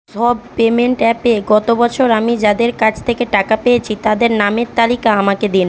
সব পেমেন্ট অ্যাপে গত বছর আমি যাদের কাছ থেকে টাকা পেয়েছি তাদের নামের তালিকা আমাকে দিন